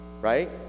right